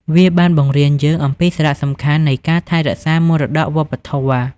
វាបានបង្រៀនយើងអំពីសារៈសំខាន់នៃការថែរក្សាមរតកវប្បធម៌។